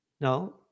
No